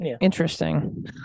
Interesting